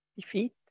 defeat